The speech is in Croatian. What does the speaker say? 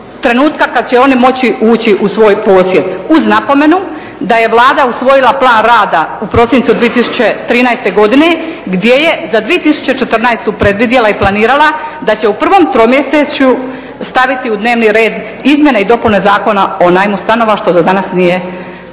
trenutka kad će oni moći ući u svoj posjed uz napomenu da je Vlada usvojila plan rada u prosincu 2013. godine gdje je za 2014. predvidjela i planirala da će u prvom tromjesečju staviti u dnevni red Izmjene i dopune Zakona o najmu stanova što do danas se nije